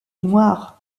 noires